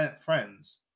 friends